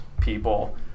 people